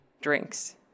drinks